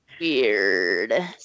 weird